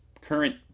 current